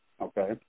okay